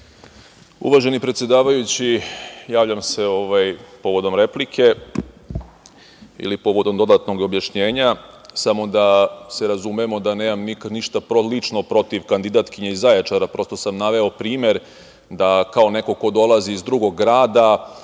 Uvaženi predsedavajući, javljam se povodom replike ili povodom dodatnog objašnjenja. Samo da se razumemo da nemam ništa lično protiv kandidatkinje iz Zaječara. Prosto sam naveo primer, da kao neko ko dolazi iz drugog grada